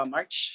March